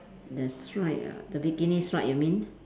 the strap ah the bikini strap you mean